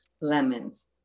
lemons